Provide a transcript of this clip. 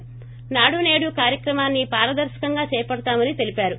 నాడు సేడు కార్యక్రమాన్ని పారదర్శకంగా చేపడతామని తెలిపారు